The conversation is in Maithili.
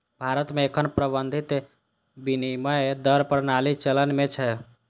भारत मे एखन प्रबंधित विनिमय दर प्रणाली चलन मे छै